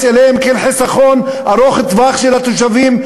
אליהן כאל חיסכון ארוך טווח של התושבים,